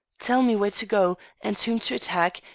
tell me where to go, and whom to attack,